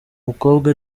mukobwa